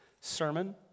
sermon